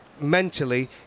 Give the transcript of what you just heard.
mentally